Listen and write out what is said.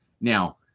Now